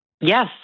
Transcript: Yes